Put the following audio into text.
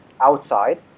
outside